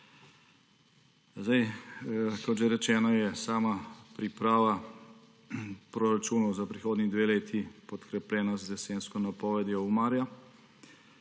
Kot rečeno, je sama priprava proračunov za prihodni dve leti podkrepljena z jesensko napovedjo Umarja.